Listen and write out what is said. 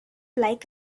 like